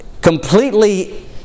completely